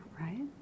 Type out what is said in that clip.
right